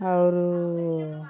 ಅವ್ರು